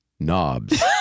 Knobs